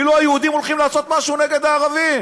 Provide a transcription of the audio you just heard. כאילו היהודים הולכים לעשות משהו נגד הערבים.